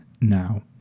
now